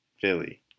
Philly